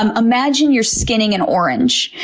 um imagine you're skinning an orange,